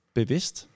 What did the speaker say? bevidst